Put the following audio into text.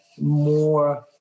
more